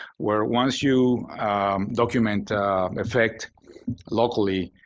where once you document effect locally,